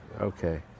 okay